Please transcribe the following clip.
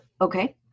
okay